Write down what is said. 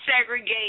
segregate